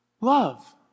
Love